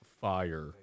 Fire